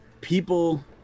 people